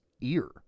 ear